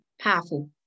powerful